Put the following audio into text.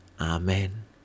Amen